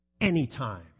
anytime